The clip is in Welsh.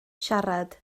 siarad